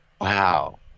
Wow